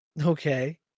Okay